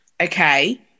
okay